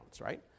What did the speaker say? right